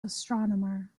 astronomer